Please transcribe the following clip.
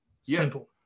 Simple